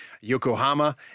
Yokohama